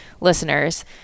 listeners